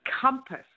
compass